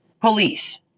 police